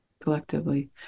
collectively